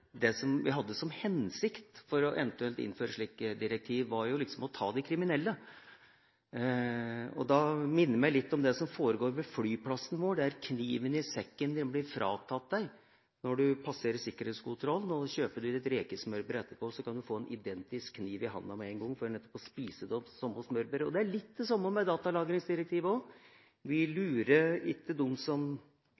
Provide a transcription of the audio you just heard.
at det vi hadde som hensikt ved eventuelt å innføre et slikt direktiv, var å ta de kriminelle. Det minner meg litt om det som foregår ved flyplassene våre, der kniven i sekken din blir fratatt deg når du passerer sikkerhetskontrollen, men kjøper du deg et rekesmørbrød etterpå, kan du få en identisk kniv i handa med en gang for nettopp å spise det samme smørbrødet. Og det er litt det samme med datalagringsdirektivet også: Vi klarer ikke å stoppe dem som skal stoppes, og så skaper vi